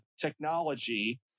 technology